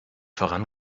voran